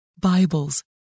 Bibles